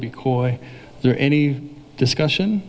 because there any discussion